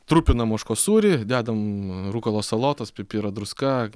trupinam ožkos sūrį dedam rukolos salotas pipirą druska